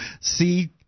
see